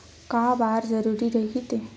का बार जरूरी रहि थे?